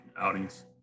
outings